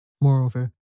Moreover